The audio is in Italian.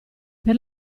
per